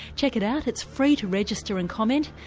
check it out. it's free to register and comment,